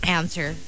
answer